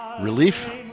relief